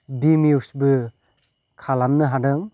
दि निउसबो खालामनो हादों